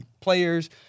players